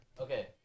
Okay